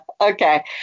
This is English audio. okay